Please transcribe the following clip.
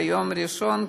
ביום ראשון,